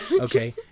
Okay